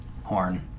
Horn